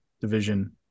division